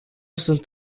sunt